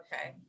Okay